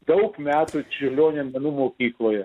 daug metų čiurlionio menų mokykloje